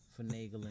finagling